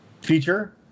feature